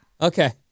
Okay